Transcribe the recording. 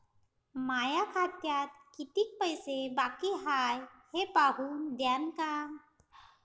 माया खात्यात कितीक पैसे बाकी हाय हे पाहून द्यान का?